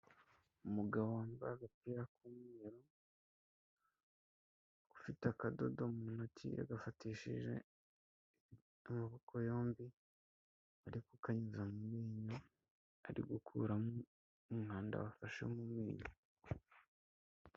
Umugabo wambaye agapira k'umweru ufite akadodo mu ntoki yagafatishije amaboko yombi, ari kukanyuza mu menyo ari gukuramo umwanda wafashe mu menyo.